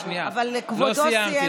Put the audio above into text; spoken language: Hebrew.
אבל כבודו סיים,